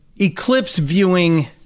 eclipse-viewing